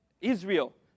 Israel